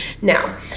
Now